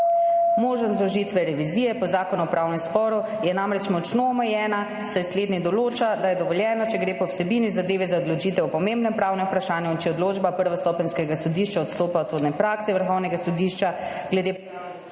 možnost vložitve revizije po zakonu o upravnem sporu je namreč močno omejena, saj slednji določa, da je dovoljeno, če gre po vsebini zadeve za odločitev o pomembnem pravnem vprašanju in če odločba prvostopenjskega sodišča odstopa od sodne prakse Vrhovnega sodišča glede